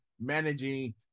managing